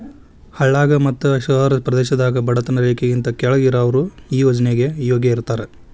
ಹಳ್ಳಾಗ ಮತ್ತ ಶಹರ ಪ್ರದೇಶದಾಗ ಬಡತನ ರೇಖೆಗಿಂತ ಕೆಳ್ಗ್ ಇರಾವ್ರು ಈ ಯೋಜ್ನೆಗೆ ಯೋಗ್ಯ ಇರ್ತಾರ